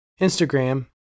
Instagram